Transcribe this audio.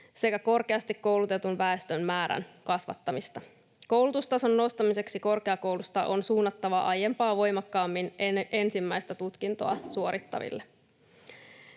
sekä korkeasti koulutetun väestön määrän kasvattamista. Koulutustason nostamiseksi korkeakoulutusta on suunnattava aiempaa voimakkaammin ensimmäistä tutkintoa suorittaville.